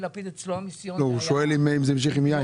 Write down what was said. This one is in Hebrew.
הוא שואל אם זה המשיך עם יאיר.